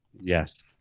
Yes